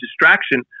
distraction